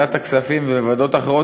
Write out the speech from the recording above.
בוועדת הכספים ובוועדות אחרות,